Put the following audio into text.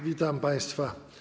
Witam państwa.